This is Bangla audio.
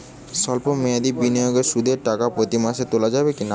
সল্প মেয়াদি বিনিয়োগে সুদের টাকা প্রতি মাসে তোলা যাবে কি?